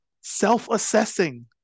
self-assessing